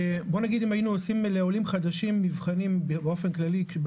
אם היינו עושים לעולים חדשים מבחנים בעלייתם